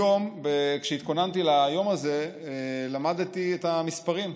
היום, כשהתכוננתי ליום הזה, למדתי את המספרים.